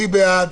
מי בעד?